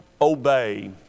obey